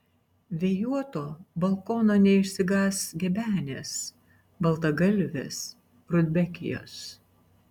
vėjuoto balkono neišsigąs gebenės baltagalvės rudbekijos